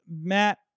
Matt